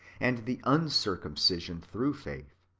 and the uncircumcision through faith.